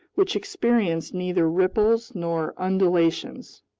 which experienced neither ripples nor undulations.